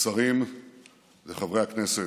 השרים וחברי הכנסת,